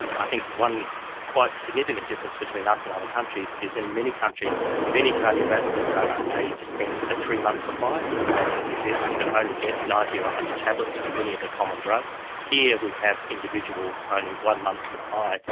i think one quite significant difference between us and other countries is in many countries, for many cardiovascular drugs, they dispense a three-month supply. for example, in new zealand you can only get ninety or one hundred tablets for many of the common drugs. here we have individual ah only one-month's supply.